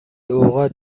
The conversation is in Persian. اوقات